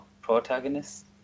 protagonist